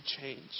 change